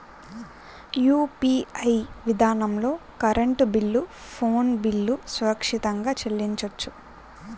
UPI విధానంలో current bill phone bill సురక్షితంగా చెల్లించొచ్చు